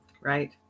Right